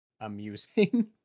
amusing